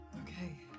Okay